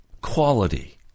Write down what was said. quality